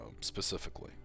specifically